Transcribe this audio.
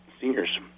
seniors